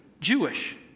Jewish